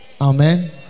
Amen